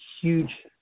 huge